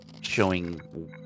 showing